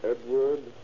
Edward